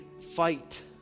fight